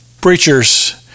preachers